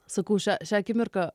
sakau šią šią akimirką